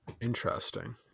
Interesting